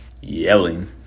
yelling